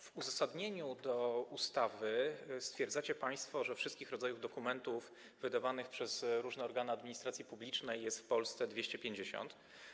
W uzasadnieniu projektu ustawy stwierdzacie państwo, że wszystkich rodzajów dokumentów wydawanych przez różne organy administracji publicznej jest w Polsce 250.